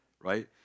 Right